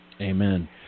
Amen